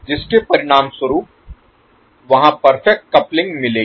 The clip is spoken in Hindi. जिसके परिणामस्वरूप वहाँ परफेक्ट कपलिंग मिलेगी